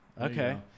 Okay